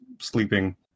sleeping